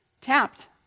tapped